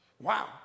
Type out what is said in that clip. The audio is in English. wow